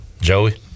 Joey